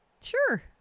sure